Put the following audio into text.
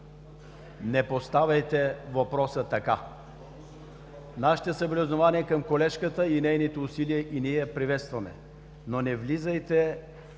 Не поставяйте въпроса така. Нашите съболезнования към колежката и нейните усилия, и ние я приветстваме. Не влизайте